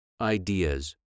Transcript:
ideas